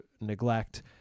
neglect